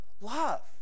Love